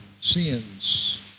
sins